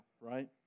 right